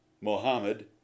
Mohammed